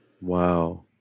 Wow